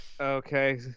Okay